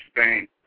Spain